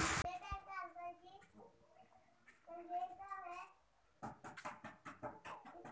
व्यवसाय कर्ज योजना भेटेन